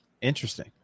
interesting